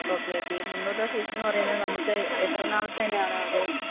okay okay ഈ മുന്നൂറു രൂപ ഫീസ് എന്നു പറയുന്നത് നമുക്ക് എത്ര നാളത്തേക്കാണത്